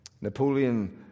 Napoleon